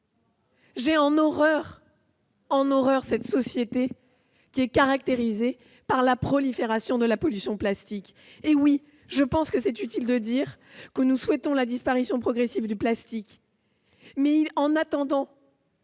j'ai en horreur cette société caractérisée par la prolifération de la pollution plastique. Oui, je pense utile de dire que nous souhaitons la disparition progressive du plastique, mais, en attendant,